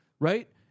right